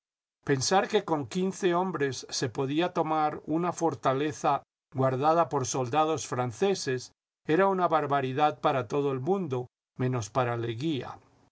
pensar que con quince hombres se podía tomar una fortaleza guardada por soldados franceses era una barbaridad para todo el mundo menos para leguía